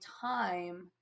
time